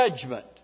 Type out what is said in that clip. judgment